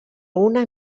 una